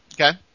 Okay